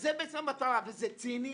וזה ציני,